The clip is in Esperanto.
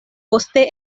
poste